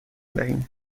دهیم